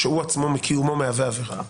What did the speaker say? שהוא מקיומו מהווה עבירה,